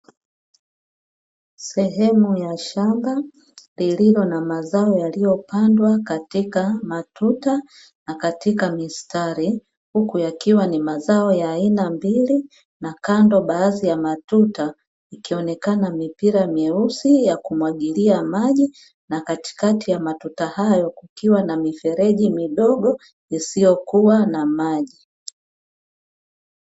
Sehemu ya shamba lililo na mazao yaliyopandwa katika matuta na katika mistari; huku yakiwa ni mazao ya aina mbili na kando baadhi ya matuta ikionekana mipira mweusi ya kumwagilia maji, na katikati ya matuta hayo kukiwa na mifereji midogo isiyokuwa na maji.